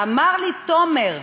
אמר לי תומר,